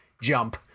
jump